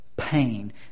pain